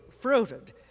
Fruited